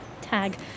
Tag